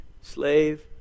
slave